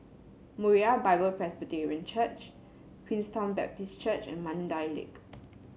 Moriah Bible Presby Church Queenstown Baptist Church and Mandai Lake